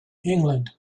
england